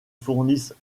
fournissent